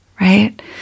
right